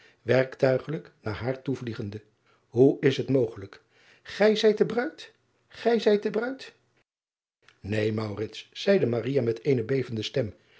werktuigelijk naar haar toevliegende hoe is het mogelijk gij zijt de ruid gij zijt de ruid een zeide met eene bevende stem